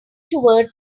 towards